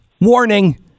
warning